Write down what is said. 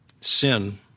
Sin